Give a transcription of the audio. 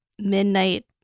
midnight